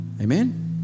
Amen